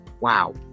wow